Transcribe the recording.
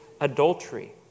adultery